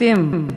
אתם,